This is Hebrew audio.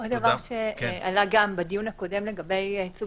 עוד דבר שעלה גם בדיון הקודם לגבי ייצוג